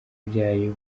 byayo